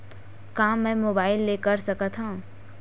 का मै मोबाइल ले कर सकत हव?